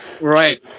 Right